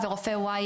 אני